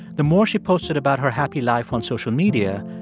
the more she posted about her happy life on social media,